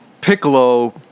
Piccolo